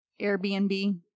Airbnb